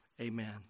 amen